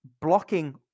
blocking